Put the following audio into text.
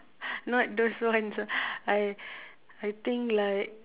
not those ones I I think like